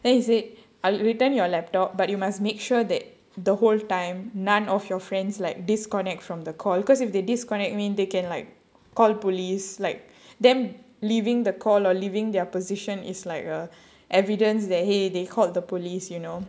then he said I'll return your laptop but you must make sure that the whole time none of your friends like disconnect from the call because if they disconnect means they can like call police like them leaving the call or leaving their position is like a evidence that !hey! they called the police you know